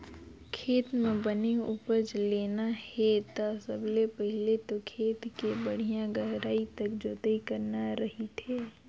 खेत म बने उपज लेना हे ता सबले पहिले तो खेत के बड़िहा गहराई तक जोतई करना रहिथे